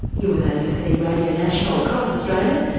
you're with abc radio national across australia.